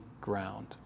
ground